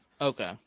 Okay